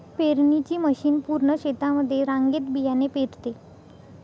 पेरणीची मशीन पूर्ण शेतामध्ये रांगेत बियाणे पेरते